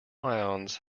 ions